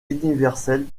universel